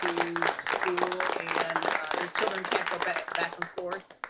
to school and their children can't go but back and forth.